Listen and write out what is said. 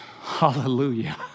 hallelujah